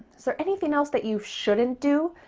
so anything else that you shouldn't do?